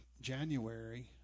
January